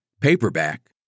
paperback